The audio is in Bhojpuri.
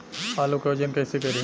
आलू के वजन कैसे करी?